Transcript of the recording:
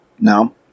No